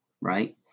right